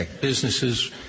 businesses